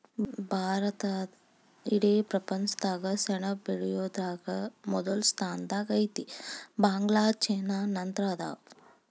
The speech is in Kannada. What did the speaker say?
ಭಾರತಾ ಇಡೇ ಪ್ರಪಂಚದಾಗ ಸೆಣಬ ಬೆಳಿಯುದರಾಗ ಮೊದಲ ಸ್ಥಾನದಾಗ ಐತಿ, ಬಾಂಗ್ಲಾ ಚೇನಾ ನಂತರ ಅದಾವ